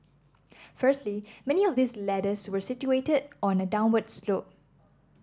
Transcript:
firstly many of these ladders were situated on a downward slope